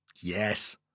Yes